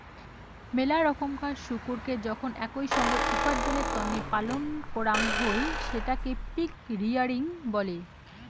মেলা রকমকার শুকোরকে যখন একই সঙ্গত উপার্জনের তন্নে পালন করাং হই সেটকে পিগ রেয়ারিং বলে